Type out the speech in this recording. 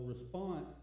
response